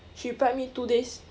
she replied me two days